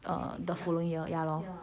err the following year ya lor